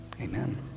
Amen